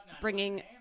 bringing